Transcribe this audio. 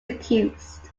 accused